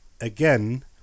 again